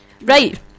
Right